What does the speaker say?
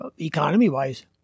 economy-wise